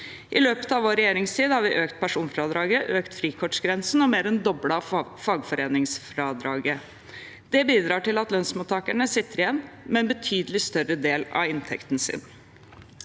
I løpet av vår regjeringstid har vi økt personfradraget, økt frikortgrensen og mer enn doblet fagforeningsfradraget. Det bidrar til at lønnsmottakerne sitter igjen med en betydelig større del av inntekten sin.